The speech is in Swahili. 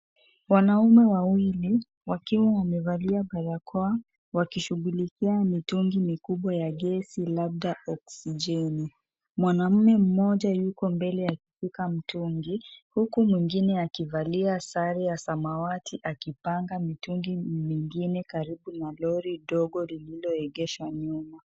Wanaume wawili wakiwa wamevalia barakoa wakishughulikia mitungi mikubwa ya gesi, labda oksijeni. Mwanaume mmoja Yuko mbele akishika mtungi huku mwingine akivalia sare ya samawati akipanga mitungi mingine karibu na lori dogo lililoegeshwa nyuma.